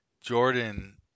jordan